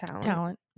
Talent